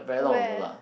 where